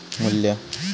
मू्ल्य